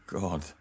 God